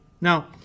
now